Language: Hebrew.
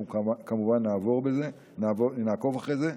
אנחנו כמובן נעקוב אחרי זה.